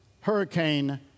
Hurricane